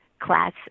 class